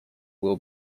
will